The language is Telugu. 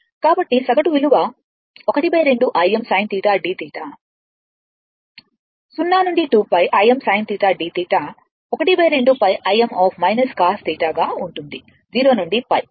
కాబట్టి సగటు విలువ ½Im sinθ dθ 0 నుండి 2π Im sinθ dθ 12π Im cosθ గా ఉంటుంది 0 నుండి π